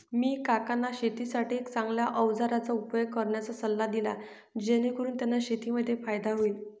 मी काकांना शेतीसाठी एक चांगल्या अवजारांचा उपयोग करण्याचा सल्ला दिला, जेणेकरून त्यांना शेतीमध्ये फायदा होईल